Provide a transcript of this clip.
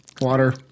water